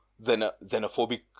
xenophobic